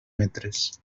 metres